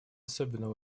особенно